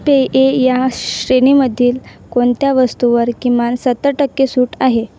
पेये या श्रेणीमधील कोणत्या वस्तूवर किमान सत्तर टक्के सूट आहे